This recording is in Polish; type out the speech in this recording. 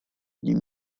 nim